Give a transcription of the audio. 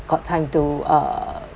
got time to uh